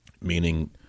meaning